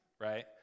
right